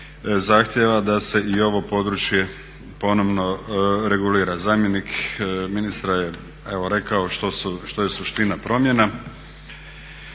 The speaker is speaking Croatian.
zahtijeva da se i ovo područje ponovno regulira. Zamjenik ministra je rekao što je suština promjena